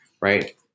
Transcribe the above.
right